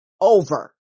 over